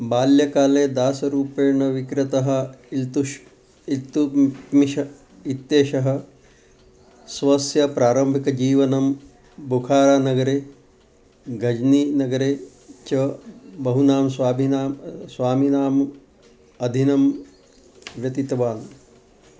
बाल्यकाले दासरूपेण विक्रेतः इतुष् इल्तुमिष इत्येषः स्वस्य प्रारम्भिकजीवनं बुखारानगरे गज्नीनगरे च बहूनां स्वामिनां स्वामिनाम् अधीने व्यतीतवान्